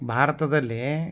ಭಾರತದಲ್ಲಿ